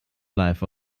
life